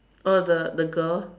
oh the the girl